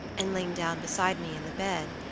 and lain down beside me in the bed,